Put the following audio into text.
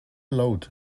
laut